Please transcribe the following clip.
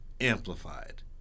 amplified